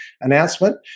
announcement